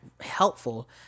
helpful